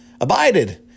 Abided